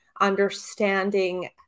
understanding